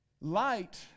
Light